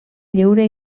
lliure